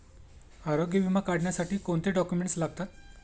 आरोग्य विमा काढण्यासाठी कोणते डॉक्युमेंट्स लागतात?